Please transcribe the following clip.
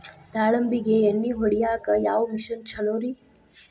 ದಾಳಿಂಬಿಗೆ ಎಣ್ಣಿ ಹೊಡಿಯಾಕ ಯಾವ ಮಿಷನ್ ಛಲೋರಿ?